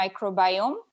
microbiome